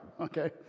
okay